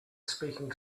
speaking